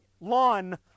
lawn